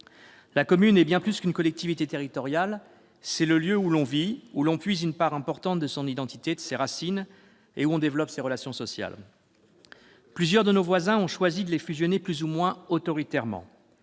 La commune est bien plus qu'une collectivité territoriale : c'est le lieu où l'on vit, où l'on puise une part importante de son identité, de ses racines et où l'on développe ses relations sociales. Plusieurs de nos voisins ont choisi de fusionner les communes de façon